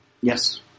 Yes